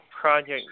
project